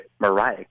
Mariah